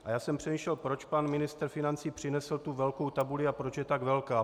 A já jsem přemýšlel, proč pan ministr financí přinesl tu velkou tabuli a proč je tak velká.